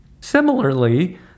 Similarly